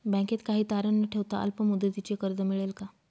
बँकेत काही तारण न ठेवता अल्प मुदतीचे कर्ज मिळेल का?